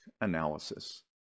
analysis